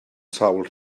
sawl